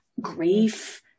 grief